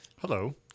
Hello